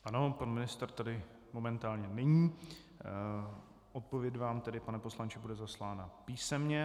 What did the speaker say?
Ano, pan ministr tady momentálně není, odpověď vám tedy, pane poslanče, bude zaslána písemně.